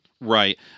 right